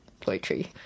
poetry